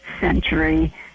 Century